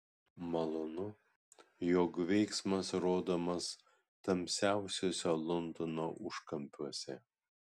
malonu jog veiksmas rodomas tamsiausiuose londono užkampiuose